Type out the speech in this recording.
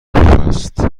است